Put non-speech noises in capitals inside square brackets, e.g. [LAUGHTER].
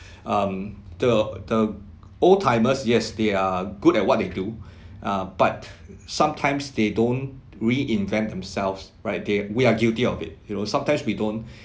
[BREATH] um the the old timers yes they are good at what they do [BREATH] uh but sometimes they don't reinvent themselves right they we are guilty of it you know sometimes we don't [BREATH]